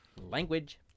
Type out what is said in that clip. Language